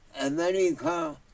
America